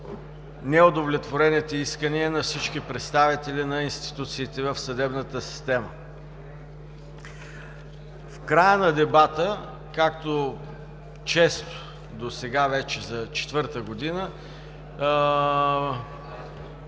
неудовлетворените искания на всички представители на институциите в съдебната система. В края на дебата, както често – досега вече за четвърта година,